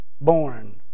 born